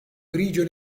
grigio